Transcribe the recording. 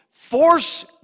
Force